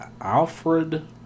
Alfred